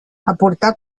aportar